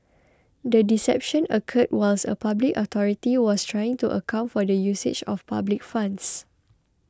the deception occurred whilst a public authority was trying to account for the usage of public funds